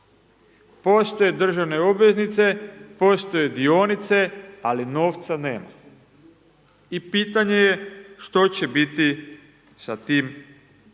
Postoje državne obveznice, postoje dionice, ali novca nema. I pitanje je što će biti sa tim drugim